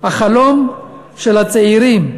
החלום של הצעירים,